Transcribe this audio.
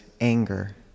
anger